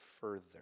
further